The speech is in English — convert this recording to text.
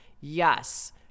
yes